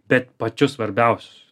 bet pačius svarbiausius